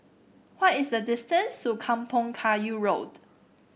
what is the distance to Kampong Kayu Road